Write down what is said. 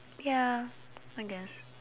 ya I guess